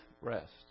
rest